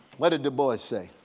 what did du bois say?